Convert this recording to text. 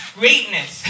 greatness